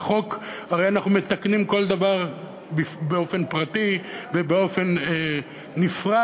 בחוק הרי אנחנו מתקנים כל דבר באופן פרטי ובאופן נפרד,